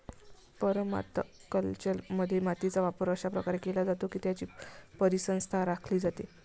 परमाकल्चरमध्ये, मातीचा वापर अशा प्रकारे केला जातो की त्याची परिसंस्था राखली जाते